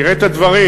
תראה את הדברים,